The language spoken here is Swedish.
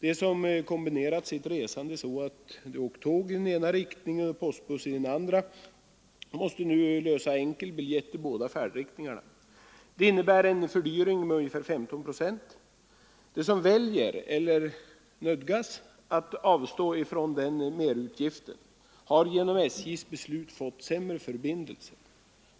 De som kombinerat sitt resande så att de åkt tåg i ena riktningen och postbuss i den andra måste nu lösa enkel biljett i båda färdriktningarna. Det innebär en fördyring med ungefär 15 procent. De som väljer — eller nödgas — att avstå från den merutgiften har genom SJ:s beslut fått sämre förbindelser.